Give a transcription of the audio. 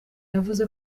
yavuze